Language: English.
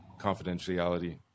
confidentiality